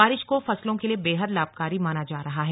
बारिश को फसलों के लिए बेहद लाभकारी माना जा रहा है